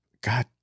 God